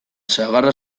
sagarra